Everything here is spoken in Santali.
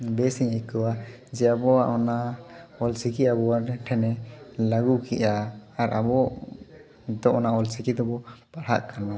ᱵᱮᱥᱮᱧ ᱟᱹᱭᱠᱟᱹᱣᱟ ᱡᱮ ᱟᱵᱚᱣᱟᱜ ᱚᱱᱟ ᱚᱞ ᱪᱤᱠᱤ ᱟᱵᱚᱣᱟᱜ ᱴᱷᱮᱱᱮ ᱞᱟᱹᱜᱩ ᱠᱮᱜᱼᱟ ᱟᱨ ᱟᱵᱚ ᱱᱤᱛᱚᱜ ᱚᱱᱟ ᱚᱞ ᱪᱤᱠᱤ ᱛᱮᱵᱚ ᱯᱟᱲᱦᱟᱜ ᱠᱟᱱᱟ